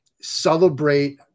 celebrate